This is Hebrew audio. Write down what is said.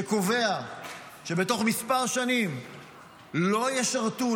שקובע שבתוך כמה שנים לא ישרתו,